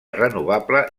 renovable